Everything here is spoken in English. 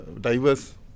diverse